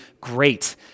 great